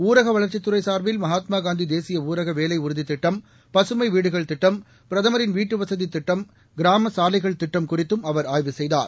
ஊரக வளர்ச்சித் துறை சார்பில் மகாத்மா காந்தி தேசிய ஊரக வேலை உறுதித்திட்டம் பக்மை வீடுகள் திட்டம் பிரதமரின் வீட்டுவசதி திட்டம் கிராமச் சாலைகள் திட்டம் குறித்தும் அவர் ஆய்வு செய்தார்